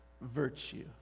virtue